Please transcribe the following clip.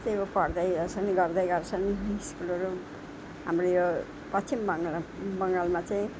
यस्तै हो पढ्दै यसो नि गर्दै गर्छन् स्कुलहरू हाम्रो यो पश्चिम बङ्गला बङ्गालमा चाहिँ